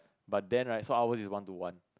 but then right so ours is one to one